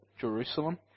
Jerusalem